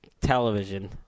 television